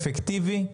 אפקטיבי,